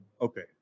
okay